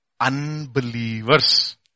unbelievers